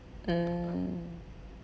mm